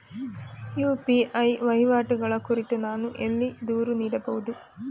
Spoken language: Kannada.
ಯು.ಪಿ.ಐ ವಹಿವಾಟುಗಳ ಕುರಿತು ನಾನು ಎಲ್ಲಿ ದೂರು ನೀಡಬಹುದು?